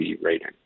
rating